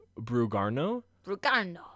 Brugarno